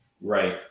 Right